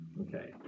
okay